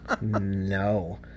No